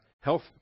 health